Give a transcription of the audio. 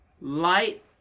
light